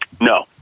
No